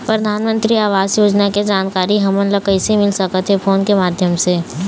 परधानमंतरी आवास योजना के जानकारी हमन ला कइसे मिल सकत हे, फोन के माध्यम से?